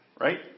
right